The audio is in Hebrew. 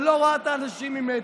שלא רואה את האנשים, ממטר.